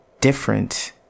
different